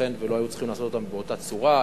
ייתכן שלא היו צריכים לעשות אותן באותה צורה,